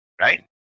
right